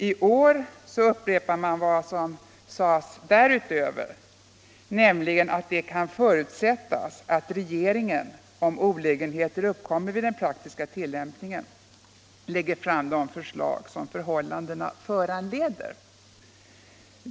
I år upprepar man vad som därutöver sades, nämligen att det kan förutsättas att regeringen - om olägenheter uppkommer vid den praktiska tillämpningen — lägger fram de förslag som förhållandena föranleder.